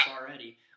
already